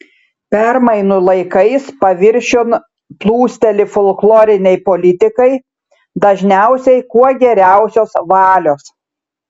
permainų laikais paviršiun plūsteli folkloriniai politikai dažniausiai kuo geriausios valios